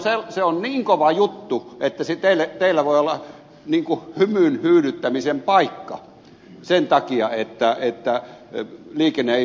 se on niin kova juttu että teillä voi olla hymyn hyydyttämisen paikka sen takia että liikenne ei suju